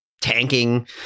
tanking